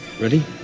Ready